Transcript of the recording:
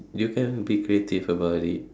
you can be creative about it